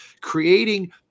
creating